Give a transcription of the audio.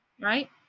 Right